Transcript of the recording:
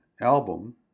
album